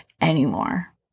anymore